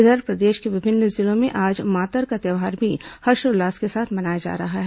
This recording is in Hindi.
इधर प्रदेश के विभिन्न जिलों में आज मातर का त्योहार भी हर्षोल्लास के साथ मनाया जा रहा है